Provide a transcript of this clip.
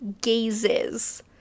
gaze's